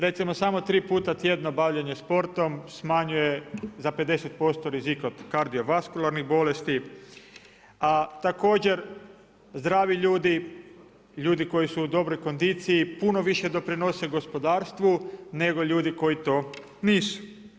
Recimo samo tri puta tjedno bavljenje sportom smanjuje za 50% rizika od kardiovaskularnih bolesti, a također zdravi ljudi, ljudi koji su u dobroj kondiciji puno više doprinose gospodarstvu nego ljudi koji to nisu.